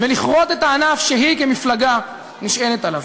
ולכרות את הענף שהיא כמפלגה נשענת עליו.